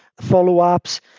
follow-ups